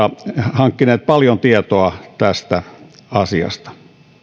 hankkineet paljon tietoa tästä asiasta